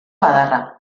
adarra